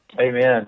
Amen